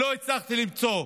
לא הצלחתי למצוא.